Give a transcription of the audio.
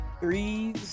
three